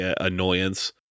annoyance